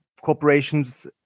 corporations